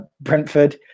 Brentford